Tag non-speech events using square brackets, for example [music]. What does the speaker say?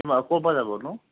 [unintelligible] ক'ৰপৰা যাবনো